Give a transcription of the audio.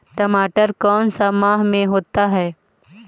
टमाटर कौन सा माह में होता है?